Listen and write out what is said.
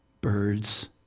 birds